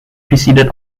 preceded